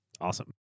Awesome